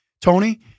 Tony